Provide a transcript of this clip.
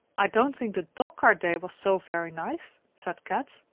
i don't think the dog-cart day was so very nice, said kat.